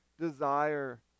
desire